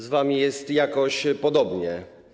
Z wami jest jakoś podobnie.